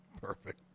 Perfect